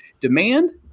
demand